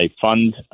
fund